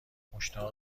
مشتاق